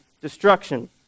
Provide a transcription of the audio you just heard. destruction